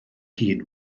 hun